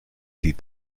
sie